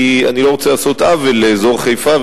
כי אני לא רוצה לעשות עוול לאזור חיפה,